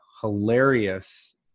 hilarious